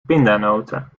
pindanoten